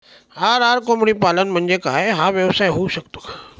RR कोंबडीपालन म्हणजे काय? हा व्यवसाय होऊ शकतो का?